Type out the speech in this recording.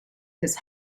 his